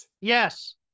Yes